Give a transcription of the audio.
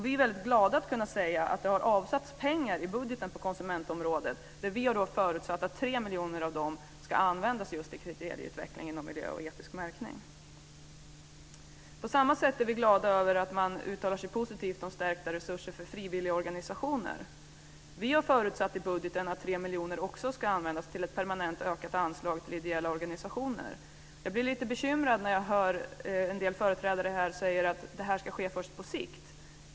Vi är väldigt glada att kunna säga att det har avsatts pengar i budgeten på konsumentområdet, där vi har förutsatt att 3 miljoner av dem ska användas just till kriterieutvecklingen och miljömärkning och etisk märkning. På samma sätt är vi glada över att man uttalar sig positivt om stärkta resurser för frivilligorganisationer. Vi har förutsatt i budgeten att 3 miljoner också ska användas till ett permanent ökat anslag till ideella organisationer. Jag blir lite bekymrad när jag hör en del företrädare här säga att detta ska ske först på sikt.